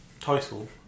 Title